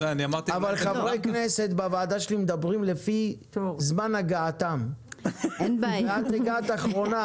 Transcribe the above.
אבל חברי הכנסת בוועדה שלי מדברים לפי זמן הגעתם ואת הגעת אחרונה,